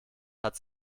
hat